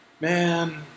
man